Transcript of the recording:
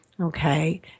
Okay